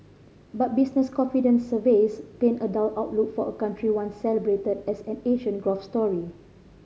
but business confidence surveys paint a dull outlook for a country once celebrated as an Asian growth story